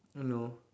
no